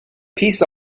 peace